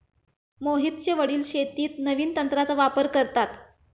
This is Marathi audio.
मोहितचे वडील शेतीत नवीन तंत्राचा वापर करतात